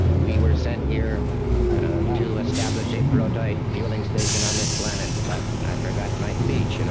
we were sent here to establish a protoid fuelling station on this planet, but i forgot my speech. you know